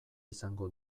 izango